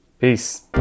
peace